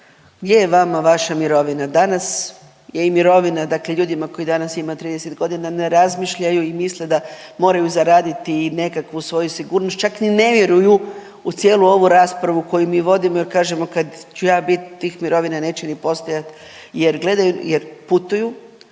gdje je vama vaša mirovina, danas je i mirovina, dakle ljudima koji danas imaju 30 godina ne razmišljaju i misle da moraju zaraditi i nekakvu svoju sigurnost čak ni ne vjeruju u cijelu ovu raspravu koju mi vodimo jer kažemo kad ću ja bit tih mirovina neće ni postojati jer gledaju,